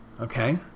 Okay